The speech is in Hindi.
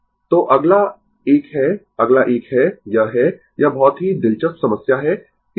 Refer Slide Time 2836 तो अगला एक है अगला एक है यह है यह बहुत ही दिलचस्प समस्या है